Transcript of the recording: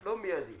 לא מיידי.